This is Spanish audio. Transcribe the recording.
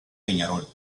peñarol